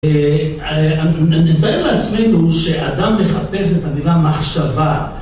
נתאר לעצמנו שאדם מחפש את המילה מחשבה